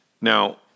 Now